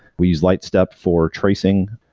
we use lightstep for tracing.